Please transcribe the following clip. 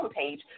homepage